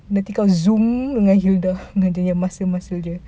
nanti kau zoom dengan hilda dengan dia punya muscle muscle dia